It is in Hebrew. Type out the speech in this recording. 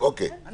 אני